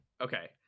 Okay